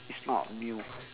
it's not new